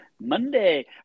Monday